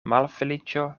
malfeliĉo